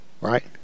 Right